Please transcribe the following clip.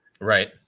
right